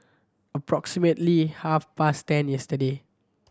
approximately half past ten yesterday